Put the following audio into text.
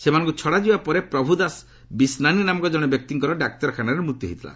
ସେମାନଙ୍କୁ ଛଡ଼ାଯିବା ପରେ ପ୍ରଭୁଦାସ ବିସ୍ନାନି ନାମକ ଜଣେ ବ୍ୟକ୍ତିଙ୍କର ଡାକ୍ତରଖାନାରେ ମୃତ୍ୟୁ ହୋଇଥିଲା